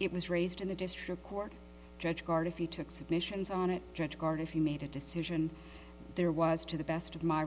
it was raised in the district court judge card if you took submissions on it judge card if you made a decision there was to the best of my